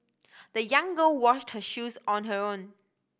the young girl washed her shoes on her own